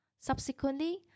Subsequently